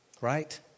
Right